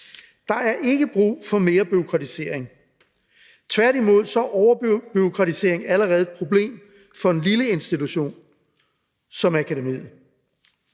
Der er ikke brug for mere bureaukratisering. Tværtimod er overbureaukratisering allerede et problem for en lille institution som akademiet.